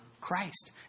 Christ